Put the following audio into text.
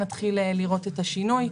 נתחיל לראות את השינוי.